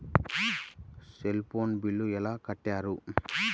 Cell phone bill ఎలా కట్టారు?